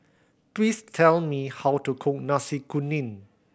please tell me how to cook Nasi Kuning